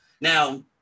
Now